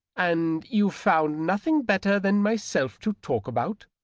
and you found nothing better than myself to talk about?